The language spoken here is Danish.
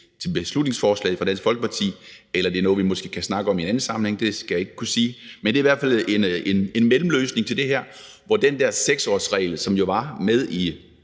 til beslutningsforslaget fra Dansk Folkeparti, eller om det er noget, vi måske kan snakke om i en anden sammenhæng. Det skal jeg ikke kunne sige, men det er i hvert fald en mellemløsning til det her, hvor den der 6-årsregel, som jo var med i